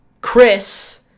Chris